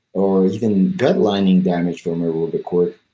or even gut lining damage from aerobic work